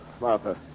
Martha